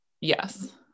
yes